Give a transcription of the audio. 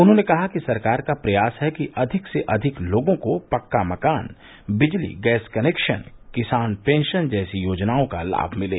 उन्होंने कहा कि सरकार का प्रयास है कि अधिक से अधिक लोगों को पक्का मकान बिजली गैस कनेक्शन किसान पेंशन जैसी योजनाओं का लाम मिले